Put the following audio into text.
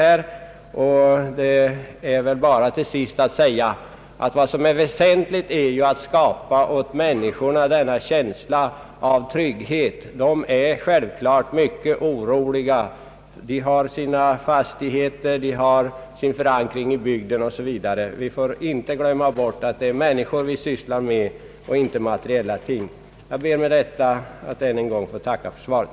Till sist vill jag bara konstatera, att det väsentliga är att hos människorna skapa en känsla av trygghet. De är självfallet mycket oroliga, eftersom de har sina fastigheter och sin förankring i bygden. Vi får inte glömma bort att det är människor vi har att göra med, inte materiella ting. Jag ber med detta att än en gång få tacka för svaret.